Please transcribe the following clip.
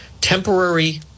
temporary